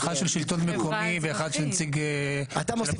אחד של שלטון מקומי ואחד נציג --- אתה מוסיף